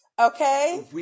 Okay